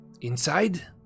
Inside